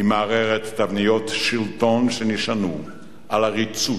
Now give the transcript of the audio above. היא מערערת תבניות שלטון שנשענו על עריצות,